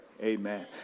amen